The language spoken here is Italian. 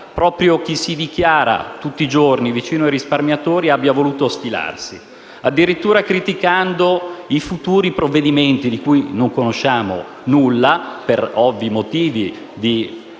proprio chi si dichiara tutti i giorni vicino ai risparmiatori abbia voluto sfilarsi, addirittura criticando i futuri provvedimenti, di cui non conosciamo nulla per ovvi motivi di